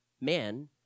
man